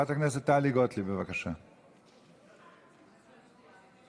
אני פרסמתי מנגד שאין לי ספק שהיא יצאה